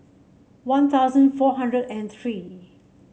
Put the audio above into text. One Thousand four hundred and three